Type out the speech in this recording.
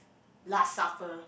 last supper